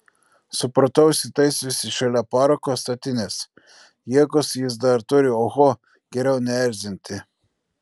supratau įsitaisiusi šalia parako statinės jėgos jis dar turi oho geriau neerzinti